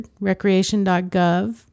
Recreation.gov